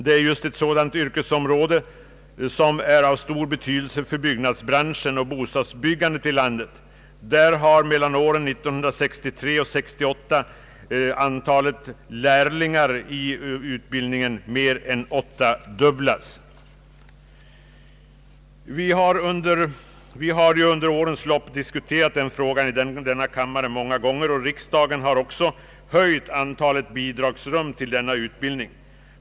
Det är just ett sådant yrkesområdet som är av stor betydelse för bostadsbyggandet i landet. Under tiden 1963—1968 har där antalet lärlingar i utbildningen mer än åttadubblats. Vi har under årens lopp diskuterat frågan i denna kammare många gånger, och riskdagen har också höjt antalet bidragsrum till denna utbildning.